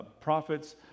prophets